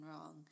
wrong